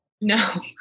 No